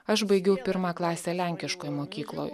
aš baigiau pirmą klasę lenkiškoj mokykloj